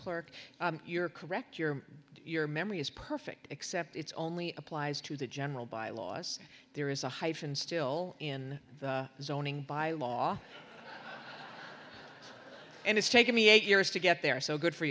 clerk you're correct your your memory is perfect except it's only applies to the general bylaws there is a hyphen still in the zoning by law and it's taken me eight years to get there so good for